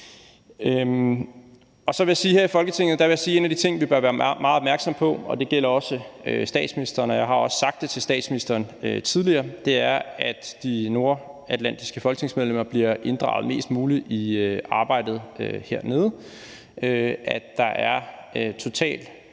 Så vil jeg sige, at en af de ting, vi her i Folketinget bør være meget opmærksomme på, og det gælder også statsministeren – jeg har også sagt det til statsministeren tidligere – er, at de nordatlantiske folketingsmedlemmer bliver inddraget mest muligt i arbejdet hernede, at der er totalt